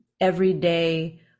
everyday